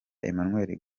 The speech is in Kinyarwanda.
emmanuel